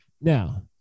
Now